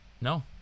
No